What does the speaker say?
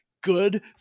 Good